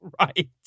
Right